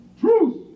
Truth